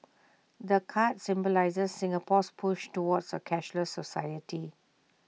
the card symbolises Singapore's push towards A cashless society